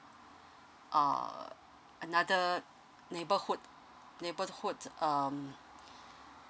uh another neighbourhood neighbourhood um